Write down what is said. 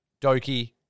Doki